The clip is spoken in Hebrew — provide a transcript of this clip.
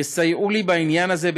יסייעו לי בעניין הזה,